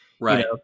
Right